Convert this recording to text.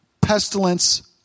pestilence